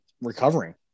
recovering